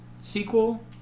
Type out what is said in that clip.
sequel